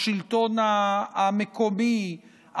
השלטון המקומי,